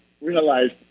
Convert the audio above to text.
realized